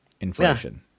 Inflation